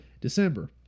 December